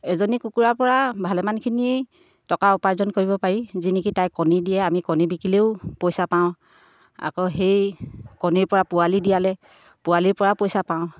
এজনী কুকুৰাৰ পৰা ভালেমানখিনিয়ে টকা উপাৰ্জন কৰিব পাৰি যি নেকি তাই কণী দিয়ে আমি কণী বিকিলেও পইচা পাওঁ আকৌ সেই কণীৰ পৰা পোৱালি দিয়ালে পোৱালিৰ পৰা পইচা পাওঁ